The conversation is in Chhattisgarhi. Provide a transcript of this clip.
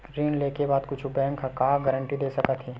ऋण लेके बाद कुछु बैंक ह का गारेंटी दे सकत हे?